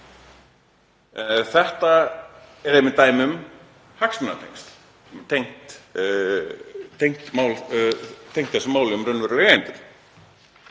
Þetta er einmitt dæmi um hagsmunatengsl, tengd þessu máli um raunverulega